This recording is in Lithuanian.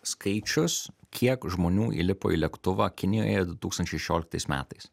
skaičius kiek žmonių įlipo į lėktuvą kinijoje du tūkstančiai šešioliktais metais